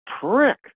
prick